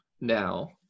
now